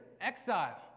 exile